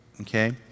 Okay